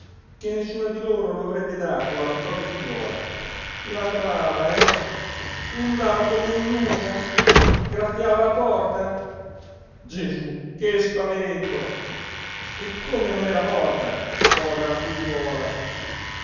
che nessuna di loro lo avrebbe dato alla propria figliuola latrava eh ululava come un lupo graffiava la porta gesú che spavento e come non era morta povera figliuola